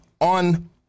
on